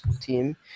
team